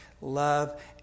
love